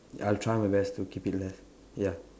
I'll try my best to keep it less ya